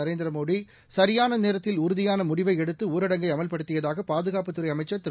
நரேந்திரமோடி சரியான நேரத்தில் உறுதியான முடிவை எடுத்து ஊரடங்கை அமல்படுத்தியதாக பாதுகாப்புத்துறை அமைச்சா் திரு